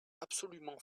absolument